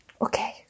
okay